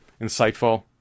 insightful